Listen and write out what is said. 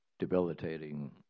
debilitating